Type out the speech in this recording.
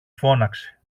φώναξε